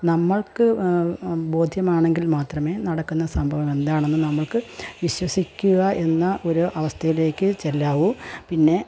നമ്മൾക്ക് ബോധ്യമാണെങ്കിൽ മാത്രമേ നടക്കുന്ന സംഭവമെന്താണെന്ന് നമ്മള്ക്ക് വിശ്വസിക്കുക എന്ന ഒരു അവസ്ഥയിലേക്ക് ചെല്ലാവൂ പിന്നേ